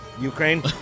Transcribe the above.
Ukraine